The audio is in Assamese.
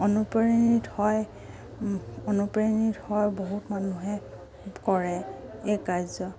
অনুপ্ৰাণিত হয় অনুপ্ৰাণিত হয় বহুত মানুহে কৰে এই কাৰ্য